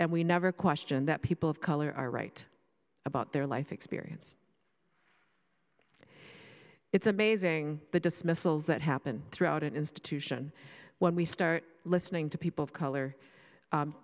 and we never question that people of color are right about their life experience it's amazing the dismissals that happen throughout an institution when we start listening to people of color